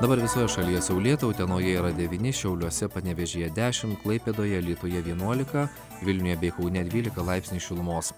dabar visoje šalyje saulėta utenoje yra devyni šiauliuose panevėžyje dešim klaipėdoje alytuje vienuolika vilniuje bei kaune dvylika laipsnių šilumos